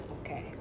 okay